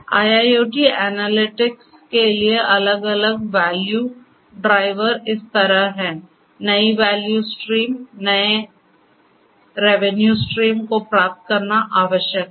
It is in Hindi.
IIoT एनालिटिक्स के लिए अलग अलग वैल्यू ड्राइवर इस तरह हैं नई वैल्यू स्ट्रीम नए रेवेन्यू स्ट्रीम को प्राप्त करना आवश्यक है